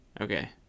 okay